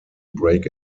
break